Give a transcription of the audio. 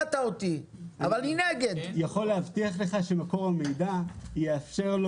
אני יכול להבטיח לך שמקור המידע יאפשר לו